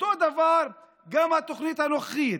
אותו הדבר גם התוכנית הנוכחית.